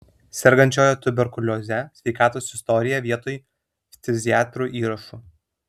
sergančiojo tuberkulioze sveikatos istoriją vietoj ftiziatrų įrašų